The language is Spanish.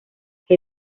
que